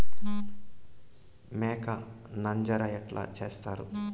మేక నంజర ఎట్లా సేస్తారు?